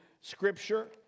scripture